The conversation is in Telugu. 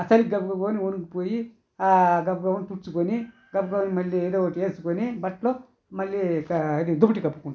ఆ చలికి గబగబా అని వణికిపోయి గబగబా తుడుచుకొని గబగబా మళ్ళీ ఏదో ఒకటి వేసుకొని బట్టలు మళ్లీ కా దుప్పటి కప్పుకుంటాం